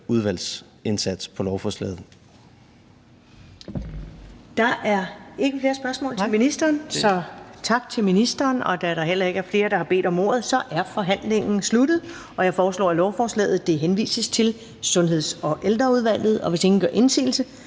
(Karen Ellemann): Der er ikke flere spørgsmål til ministeren, så tak til ministeren. Da der heller ikke er flere, der har bedt om ordet, er forhandlingen sluttet. Jeg foreslår, at lovforslaget henvises til Sundheds- og Ældreudvalget. Hvis ingen gør indsigelse,